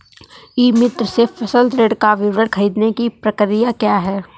ई मित्र से फसल ऋण का विवरण ख़रीदने की प्रक्रिया क्या है?